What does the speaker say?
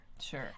Sure